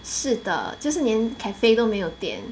是的就是连 cafe 都没有电